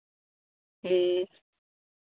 ᱦᱮᱸ